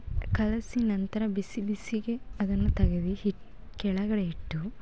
ಕಲಸಿ ನಂತರ ಬಿಸಿ ಬಿಸಿಗೆ ಅದನ್ನು ತೆಗದು ಹಿಟ್ಟು ಕೆಳಗಡೆ ಇಟ್ಟು